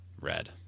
red